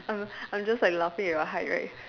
I'm a I'm just like laughing at your height right